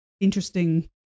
interesting